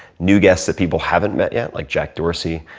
new guests that people haven't met yet like jack dorsey,